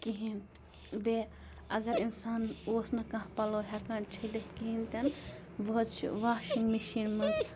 کِہیٖنۍ بیٚیہِ اگر اِنسان اوس نہٕ کانٛہہ پَلو ہٮ۪کان چھٔلِتھ کِہیٖنۍ تہِ نہٕ وۄنۍ حظ چھِ واشِنٛگ مِشیٖن منٛز